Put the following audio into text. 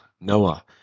Noah